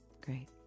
Great